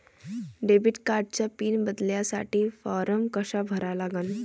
Debit कार्डचा pin बदलासाठी form कसा भरा लागन?